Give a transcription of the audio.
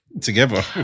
together